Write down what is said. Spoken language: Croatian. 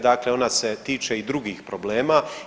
Dakle, ona se tiče i drugih problema.